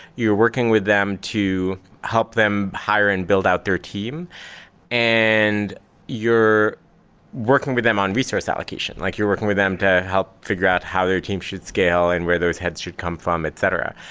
you're working with them to help them hire and build out their team and you're working with them on resource allocation. like you're working with them to help figure out how their team should scale and where those heads should come from, etc.